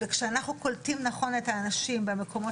וכשאנחנו קולטים נכון את האנשים במקומות